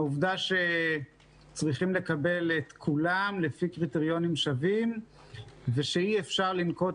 העובדה שצריך לקבל את כולם לפי קריטריונים שווים ושאי אפשר לנקוט